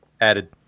added